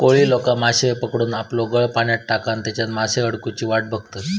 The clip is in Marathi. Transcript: कोळी लोका माश्ये पकडूक आपलो गळ पाण्यात टाकान तेच्यात मासो अडकुची वाट बघतत